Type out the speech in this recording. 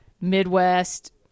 Midwest